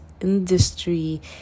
industry